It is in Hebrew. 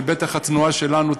ובטח התנועה שלנו,